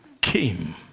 came